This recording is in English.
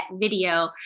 video